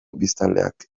biztanleak